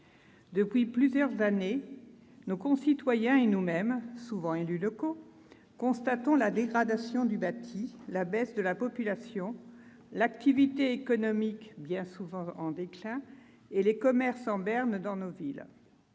Depuis plusieurs années, nos concitoyens et nous-mêmes, souvent élus locaux, constatons la dégradation du bâti, la baisse de la population, l'activité économique bien souvent en déclin et les commerces en berne dans nos villes.